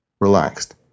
relaxed